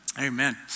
Amen